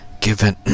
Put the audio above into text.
given